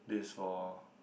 this is for